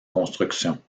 construction